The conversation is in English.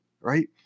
right